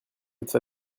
votre